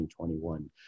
2021